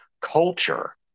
culture